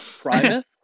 Primus